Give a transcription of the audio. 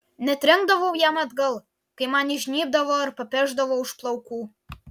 netrenkdavau jam atgal kai man įžnybdavo ar papešdavo už plaukų